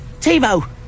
Timo